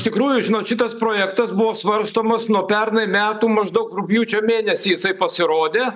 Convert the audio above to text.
iš tikrųjų žinot šitas projektas buvo svarstomas nuo pernai metų maždaug rugpjūčio mėnesį jisai pasirodė